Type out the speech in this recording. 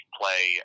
play